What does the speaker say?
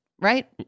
right